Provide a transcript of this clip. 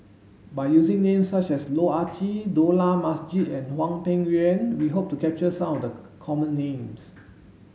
by using names such as Loh Ah Chee Dollah Majid and Hwang Peng Yuan we hope to capture some of the common names